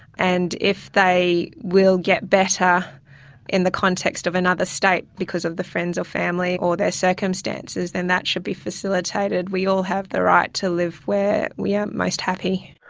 and if they will get better in the context of another another state, because of the friends or family or their circumstances, then that should be facilitated. we all have the right to live where we are most happy.